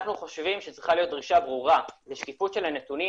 אנחנו חושבים שצריכה להיות דרישה ברורה לשקיפות של הנתונים,